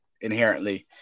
inherently